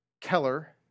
Keller